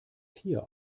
vier